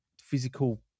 physical